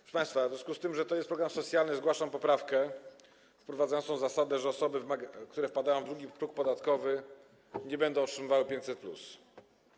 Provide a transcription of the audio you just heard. Proszę państwa, w związku z tym, że to jest program socjalny, zgłaszam poprawkę wprowadzającą zasadę, że osoby, które wpadają w drugi próg podatkowy, nie będą otrzymywały 500+.